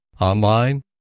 Online